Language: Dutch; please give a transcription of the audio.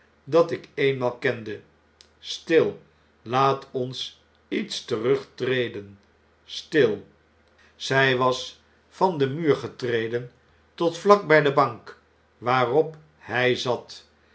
dat ik eenmaal kende stil laat ons iets terugtreden stil zij was van den muur getreden tot vlakbij de bank waarop hij zat